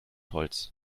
holz